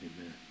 Amen